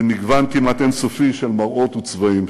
מהמגוון הכמעט אין-סופי של מראות וצבעים.